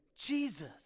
Jesus